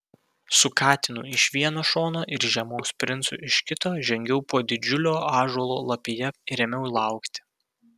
su katinu iš vieno šono ir žiemos princu iš kito žengiau po didžiulio ąžuolo lapija ir ėmiau laukti